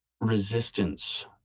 resistance